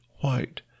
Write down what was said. white